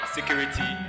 Security